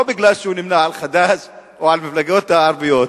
לא כי הוא נמנה עם חד"ש או עם המפלגות הערביות,